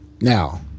Now